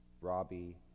Robbie